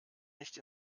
nicht